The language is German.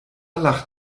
lacht